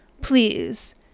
please